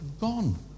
gone